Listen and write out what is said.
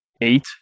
Eight